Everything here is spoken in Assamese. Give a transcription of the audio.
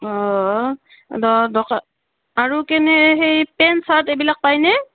অঁ আৰু কেনে সেই পেণ্ট চাৰ্ট পায়নে